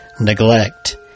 neglect